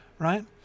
Right